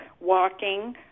walking